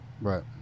right